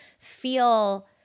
feel